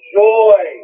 joy